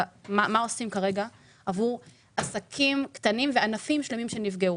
ולראות מה עושים כרגע עבור עסקים קטנים וענפים שלמים שנפגעו.